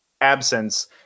absence